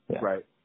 Right